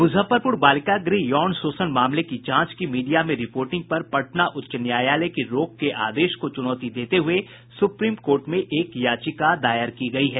मुजफ्फरपुर बालिका गृह यौन शोषण मामले की जांच की मीडिया में रिपोर्टिंग पर पटना उच्च न्यायालय की रोक के आदेश को च्रनौती देते हुए सुप्रीम कोर्ट में एक याचिका दायर की गयी है